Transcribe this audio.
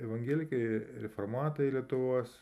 evangelikai reformatai lietuvos